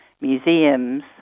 museums